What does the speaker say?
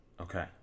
Okay